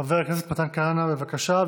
חבר הכנסת מתן כהנא, בבקשה.